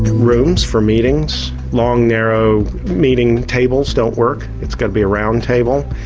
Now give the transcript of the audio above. rooms, for meetings long, narrow meeting tables don't work. it's got to be a round table.